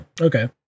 Okay